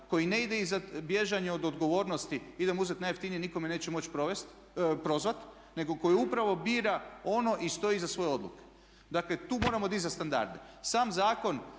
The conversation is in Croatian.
koji ne ide iza bježanja od odgovornosti, idem uzeti najjeftinije nitko me neće moći prozvati, nego koji upravo bira ono i stoji iza svoje odluke. Dakle tu moramo dizati standarde. Sam zakon